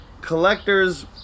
collectors